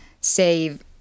save